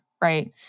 Right